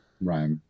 right